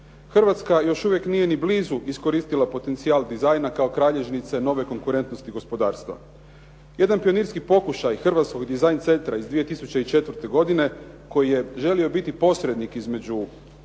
Hrvatska još uvijek nije ni blizu iskoristila potencijal dizajna kao kralježnice nove konkurentnosti gospodarstva. Jedan pionirski pokušaj hrvatskog dizajn centra iz 2004. godine koji je želio biti posrednik između